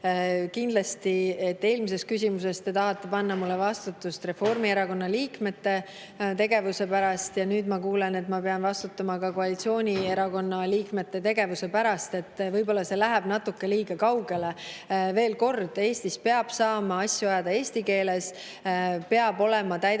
otsuseid. Eelmises küsimuses te tahtsite panna mulle vastutust Reformierakonna liikmete tegevuse eest ja nüüd ma kuulen, et ma pean vastutama ka koalitsioonierakonna liikmete tegevuse eest. Võib-olla see läheb natuke liiga kaugele. Veel kord, Eestis peab saama asju ajada eesti keeles, peavad olema täidetud